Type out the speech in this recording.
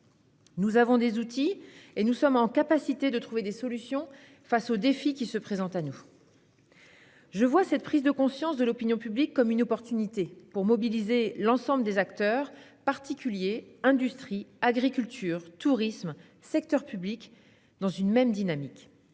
Nous disposons d'outils et nous sommes en mesure de trouver des solutions face aux défis qui se présentent à nous. Je vois cette prise de conscience de l'opinion publique comme une occasion de mobiliser l'ensemble des acteurs- particuliers, industrie, agriculture, tourisme, secteur public -dans une même dynamique,